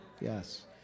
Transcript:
Yes